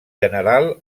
general